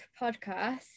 podcast